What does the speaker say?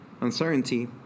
uncertainty